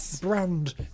brand